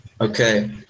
Okay